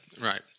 Right